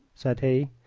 said he.